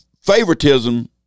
favoritism